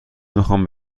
میخوام